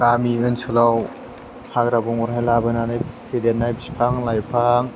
गामि ओनसोलाव हाग्रा बंग्रा लाबोनानै फेदेरनाय बिफां लाइफां